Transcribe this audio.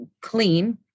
clean